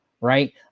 Right